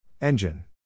Engine